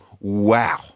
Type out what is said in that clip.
wow